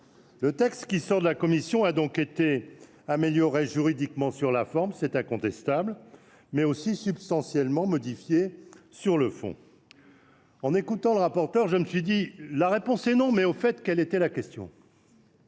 Le texte issu de la commission a donc été amélioré juridiquement sur la forme,… Tant mieux !… c’est incontestable, mais aussi substantiellement modifié sur le fond. En écoutant le rapporteur, je me suis dit :« La réponse est non, mais, au fait, quelle était la question ?